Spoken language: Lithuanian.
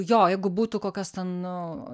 jo jeigu būtų kokios ten nu